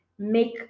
make